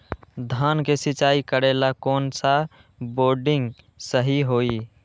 धान के सिचाई करे ला कौन सा बोर्डिंग सही होई?